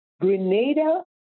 Grenada